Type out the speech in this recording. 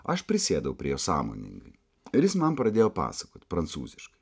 aš prisėdau prie jo sąmoningai ir jis man pradėjo pasakot prancūziškai